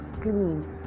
clean